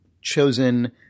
chosen